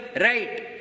right